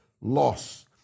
loss